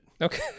Okay